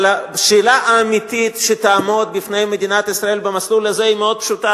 אבל השאלה האמיתית שתעמוד בפני מדינת ישראל במסלול הזה היא מאוד פשוטה.